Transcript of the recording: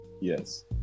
Yes